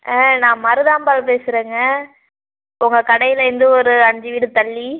ஆ நான் மருதாம்பாள் பேசுகிறேங்க உங்கள் கடையிலேந்து ஒரு அஞ்சு வீடு தள்ளி